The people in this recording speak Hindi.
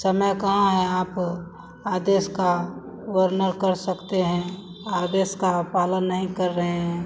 समय कहाँ है आप आदेश का उल्लंघन कर सकते हैं आदेश का आप पालन नहीं कर रहे हैं